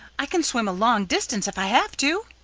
i can swim a long distance if i have to.